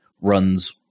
runs